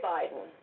Biden